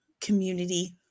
community